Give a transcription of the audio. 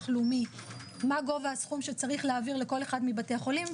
לאומי מה גובה הסכום שצריך להעביר לכל אחד מבתי החולים,